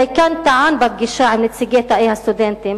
הדיקן טען בפגישה עם נציגי תאי הסטודנטים